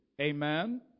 amen